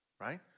right